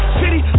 city